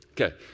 Okay